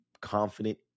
confident